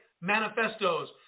manifestos